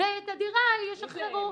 ואת הדירה ישחררו.